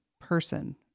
person